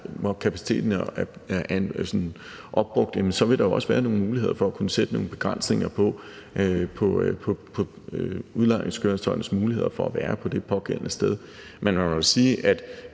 hvor kapaciteten er opbrugt, så vil der jo også være nogle muligheder for at sætte nogle begrænsninger for udlejningskøretøjernes muligheder for at være på det pågældende sted. Men man må da sige, at